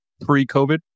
pre-COVID